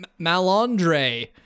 Malandre